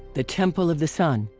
the temple of the sun,